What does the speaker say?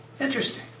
Interesting